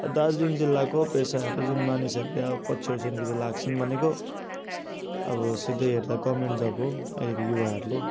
दार्जिलिङ जिल्लाको पेसाहरू जुन मानिसहरूले पछ्याउँछन् कि त लाग्छन् भनेको अब सिधै हेर्दा गभर्मेन्ट जब् हो अहिलेको युवाहरूले